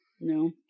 No